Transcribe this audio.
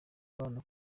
abana